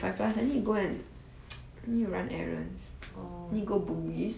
you and your friends leaving at five plus is it